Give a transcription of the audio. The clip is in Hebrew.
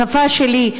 השפה שלי,